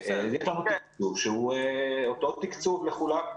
יש לנו תקצוב שהוא אותו תקצוב לכולם.